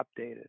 updated